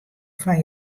fan